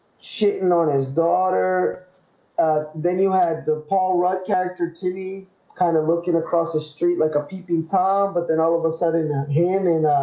cheating on his daughter then you had the paul rudd character tv kind of looking across the street like a peeping tom but then all of a sudden their hand in